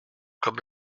comme